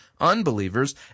unbelievers